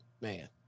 man